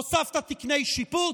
הוספת תקני שיפוט?